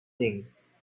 things